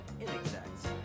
inexact